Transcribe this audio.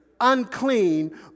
unclean